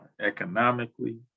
economically